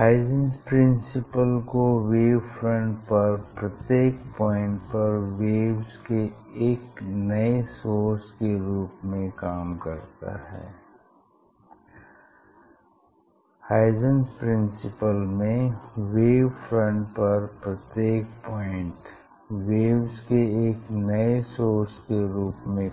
Huygens principle में wavefront पर प्रत्येक पॉइंट वेव्स के एक नए सोर्स के रूप में